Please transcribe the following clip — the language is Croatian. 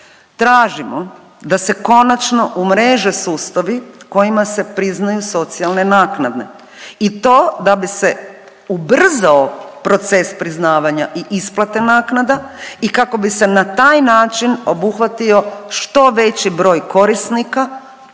tražimo da se konačno umreže sustavi kojima se priznaju socijalne naknade i to da bi se ubrzao proces priznavanja i isplate naknada i kako bi se na taj način obuhvatio što veći broj korisnika